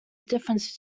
difference